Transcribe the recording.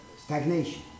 stagnation